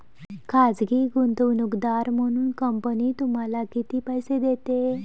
खाजगी गुंतवणूकदार म्हणून कंपनी तुम्हाला किती पैसे देते?